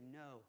no